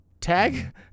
Tag